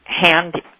hand